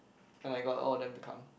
and I got all of them to come